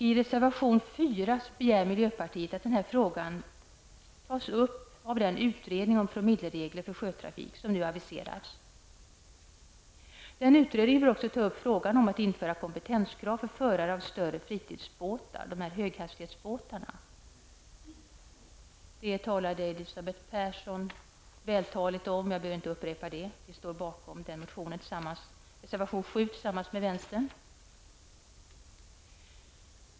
I reservation 4 begär miljöpartiet att denna fråga tas upp av den utredning om promilleregler för sjötrafiken som aviseras i propositionen. Utredningen bör även ta upp frågan om att införa kompetenskrav för förare av större fritidsbåtar, s.k. höghastighetsbåtar. Detta talade Elisabeth Persson om, och jag behöver inte upprepa vad hon sade. Tillsammans med vänsterpartiet står vi bakom reservation 7.